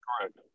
Correct